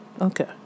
Okay